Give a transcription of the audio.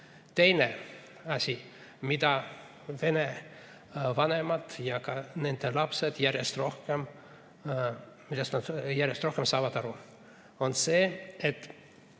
Teine asi, millest vene vanemad ja ka nende lapsed järjest rohkem saavad aru, on see, et